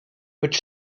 which